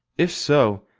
if so,